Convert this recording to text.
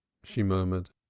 she murmured.